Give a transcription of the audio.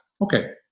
okay